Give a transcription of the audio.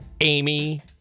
Amy